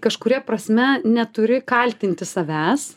tai kažkuria prasme neturi kaltinti savęs